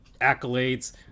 accolades